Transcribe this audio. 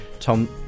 Tom